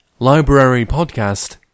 librarypodcast